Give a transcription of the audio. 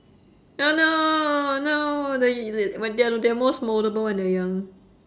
oh no no they the~ wh~ the~ th~ they're most mouldable when they're young